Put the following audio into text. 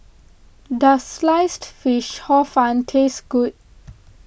does Sliced Fish Hor Fun taste good